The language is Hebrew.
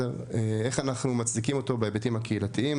איך אנחנו מצדיקים אותו בהיבטים הקהילתיים?